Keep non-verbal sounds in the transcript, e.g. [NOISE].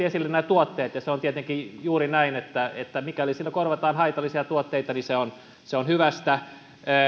[UNINTELLIGIBLE] esille nämä tuotteet ja se on tietenkin juuri näin että että mikäli sillä korvataan haitallisia tuotteita niin se on hyvästä